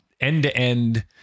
end-to-end